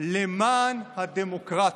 למען הדמוקרטיה.